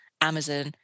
Amazon